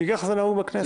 כי ככה זה נהוג בכנסת.